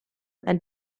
and